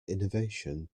innovation